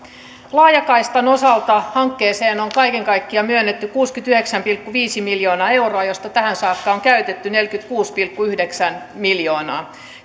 laajakaistan osalta hankkeeseen on kaiken kaikkiaan myönnetty kuusikymmentäyhdeksän pilkku viisi miljoonaa euroa josta tähän saakka on käytetty neljäkymmentäkuusi pilkku yhdeksän miljoonaa